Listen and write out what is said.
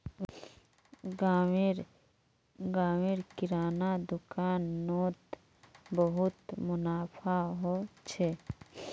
गांव र किराना दुकान नोत बहुत मुनाफा हो छे